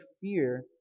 fear